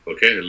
Okay